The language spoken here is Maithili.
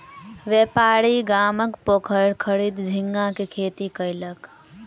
व्यापारी गामक पोखैर खरीद झींगा के खेती कयलक